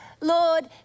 Lord